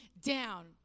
down